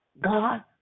God